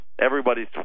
everybody's